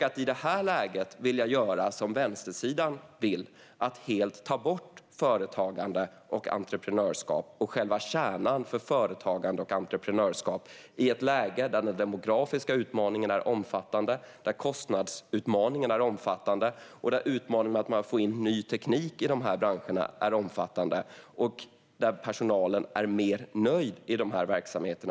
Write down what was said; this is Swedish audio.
I det här läget vill vänstersidan helt ta bort företagande och entreprenörskap och själva kärnan för företagande och entreprenörskap. Det vill man i ett läge där den demografiska utmaningen är omfattande, där kostnadsutmaningen är omfattande och där utmaningen med att få in ny teknik i dessa branscher är omfattande - och personalen är mer nöjd i dessa verksamheter.